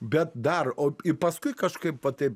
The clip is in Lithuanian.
bet dar o paskui kažkaip va taip